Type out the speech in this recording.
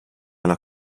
alla